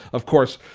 of course,